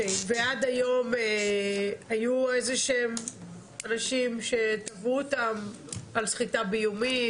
ועד היום היו איזה שהם אנשים שתבעו אותם על סחיטה באיומים?